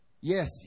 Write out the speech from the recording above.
Yes